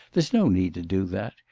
there's no need to do that.